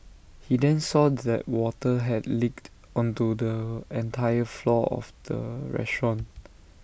he then saw that water had leaked onto the entire floor of the restaurant